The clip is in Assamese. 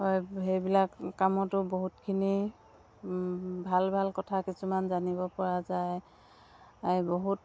হয় সেইবিলাক কামতো বহুতখিনি ভাল ভাল কথা কিছুমান জানিবপৰা যায় এই বহুত